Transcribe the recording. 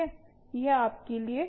यह आपके लिए सवाल होगा